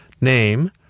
Name